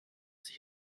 sich